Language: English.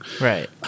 Right